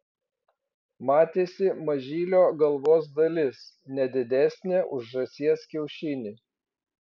matėsi mažylio galvos dalis ne didesnė už žąsies kiaušinį